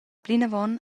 plinavon